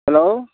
hello